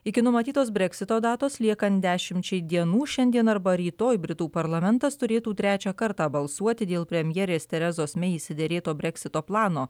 iki numatytos breksito datos liekant dešimčiai dienų šiandien arba rytoj britų parlamentas turėtų trečią kartą balsuoti dėl premjerės terezos mei išsiderėto breksito plano